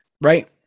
Right